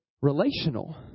relational